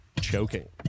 choking